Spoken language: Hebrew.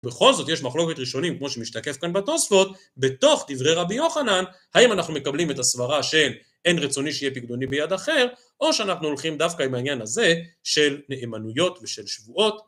ובכל זאת יש מחלוקת ראשונים, כמו שמשתקף כאן בתוספות, בתוך דברי רבי יוחנן, האם אנחנו מקבלים את הסברה של אין רצוני שיהיה פקדוני ביד אחר, או שאנחנו הולכים דווקא עם העניין הזה של נאמנויות ושל שבועות.